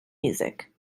music